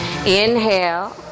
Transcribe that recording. Inhale